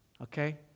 okay